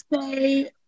say